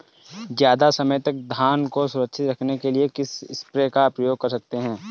ज़्यादा समय तक धान को सुरक्षित रखने के लिए किस स्प्रे का प्रयोग कर सकते हैं?